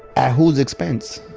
at whose expense?